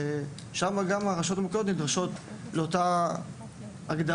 ושם גם הרשויות המקומיות נדרשות לאותה הגדרה,